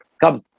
come